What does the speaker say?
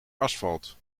asfalt